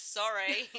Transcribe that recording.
sorry